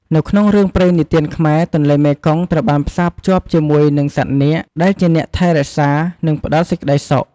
នៅក្នុងរឿងព្រេងនិទានខ្មែរ ទន្លេមេគង្គត្រូវបានផ្សារភ្ជាប់ជាមួយនឹងសត្វនាគ ដែលជាអ្នកថែរក្សា និងផ្ដល់សេចក្ដីសុខ។